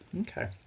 Okay